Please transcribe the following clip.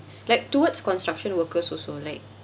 like towards construction workers also like